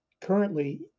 Currently